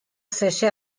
cese